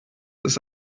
ist